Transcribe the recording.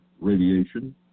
radiation